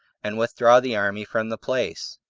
and withdraw the army from the place.